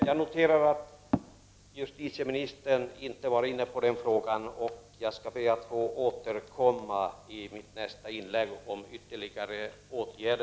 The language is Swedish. Jag noterade att justitieministern inte berörde denna fråga, och jag skall därför be att få återkomma till detta i mitt nästa inlägg.